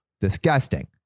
disgusting